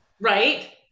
right